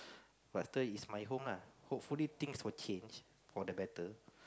but after is my home ah hopefully things will change for the better